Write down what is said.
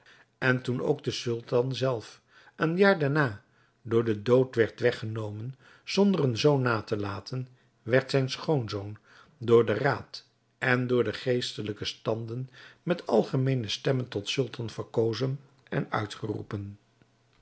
en toen ook de sultan zelf een jaar daarna door den dood werd weggenomen zonder een zoon na te laten werd zijn schoonzoon door den raad en door de geestelijke standen met algemeene stemmen tot sultan verkozen en uitgeroepen